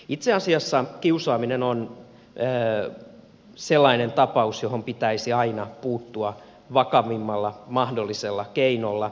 itse asiassa kiusaaminen on sellainen tapaus johon pitäisi aina puuttua vakavimmalla mahdollisella keinolla